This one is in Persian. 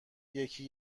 یکی